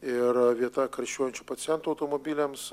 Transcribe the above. ir vieta karščiuojančių pacientų automobiliams